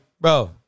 Bro